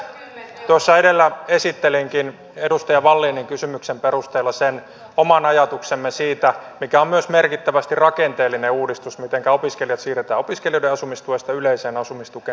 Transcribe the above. tuossa edellä esittelinkin edustaja wallinin kysymyksen perusteella sen oman ajatuksemme siitä mikä on myös merkittävästi rakenteellinen uudistus mitenkä opiskelijat siirretään opiskelijoiden asumistuesta yleiseen asumistukeen